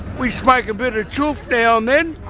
we smoke a bit of choof now and then,